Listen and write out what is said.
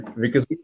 because-